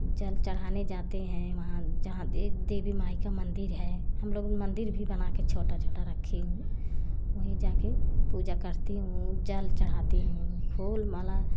जल चढ़ाने जाते है वहाँ जहाँ दे देवी माई का मंदिर है हम लोग मंदिर भी बनवा कर छोटा छोटा रखी हूँ वहीं जाकर पूजा करती हूँ जल चढ़ाती हूँ फूल माला